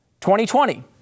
2020